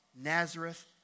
Nazareth